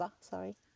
sorry